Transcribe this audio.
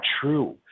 true